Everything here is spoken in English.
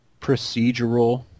procedural